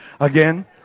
again